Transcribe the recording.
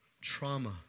trauma